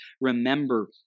remember